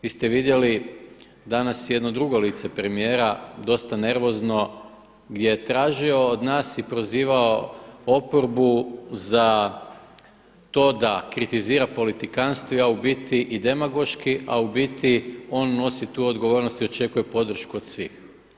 Vi ste vidjeli danas jedno drugo lice premijera, dosta nervozno gdje je tražio od nas i prozivao oporbu za to da kritizira politikanstvo, … demagoški a u biti on nosi tu odgovornost i očekuju podršku od svih.